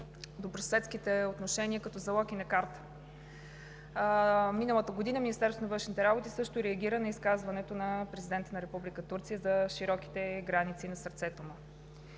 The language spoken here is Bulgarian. добросъседските отношения като залог и на карта. Миналата година Министерството на външните работи също реагира на изказването на президента на Република Турция за широките граници на сърцето му.